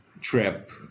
trip